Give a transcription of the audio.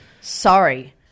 sorry